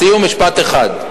לסיום, משפט אחד.